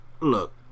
Look